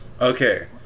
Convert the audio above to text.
Okay